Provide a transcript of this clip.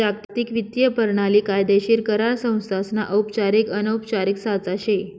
जागतिक वित्तीय परणाली कायदेशीर करार संस्थासना औपचारिक अनौपचारिक साचा शे